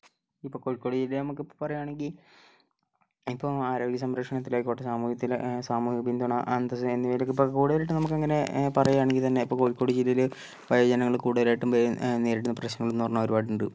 ഇപ്പോൾ കോഴിക്കോട് ജില്ല നമുക്കിപ്പോൾ പറയാണെങ്കിൽ ഇപ്പോൾ ആരോഗ്യ സംപ്രക്ഷണത്തിൽ ആയിക്കോട്ടെ സാമ്യൂഹത്തില സാമൂഹ്യ പിൻതുണ അന്തസ്സ് എന്നിവയിലൊക്കെ നമുക്ക് കൂടുതലയിട്ട് നമുക്കങ്ങനെ പറയാണങ്കിൽ തന്നെ ഇപ്പം കോഴിക്കോട് ജില്ലയില് ജനങ്ങള് കൂടുതലായിട്ടും നേരിടുന്ന പ്രശ്നങ്ങള് എന്ന് പറഞ്ഞാൽ ഒരുപാടുണ്ട്